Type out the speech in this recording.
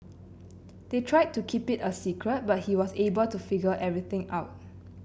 they tried to keep it a secret but he was able to figure everything out